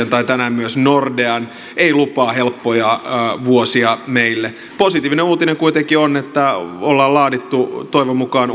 tai tänään myös nordean eivät lupaa helppoja vuosia meille positiivinen uutinen kuitenkin on että ollaan laadittu toivon mukaan